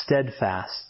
steadfast